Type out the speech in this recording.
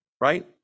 right